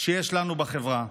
שיש לנו בחברה.